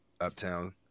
Uptown